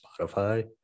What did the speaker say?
spotify